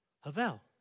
Havel